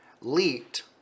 leaked